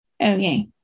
okay